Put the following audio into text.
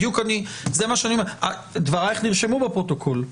בדיוק זה מה שאני אומר, דברייך נרשמו בפרוטוקול,